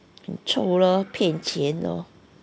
很臭 lor 骗钱 lor